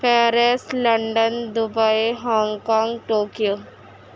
Paris London Dubai Hong Kong Tokyo